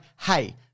hey